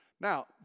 Now